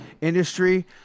industry